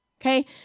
Okay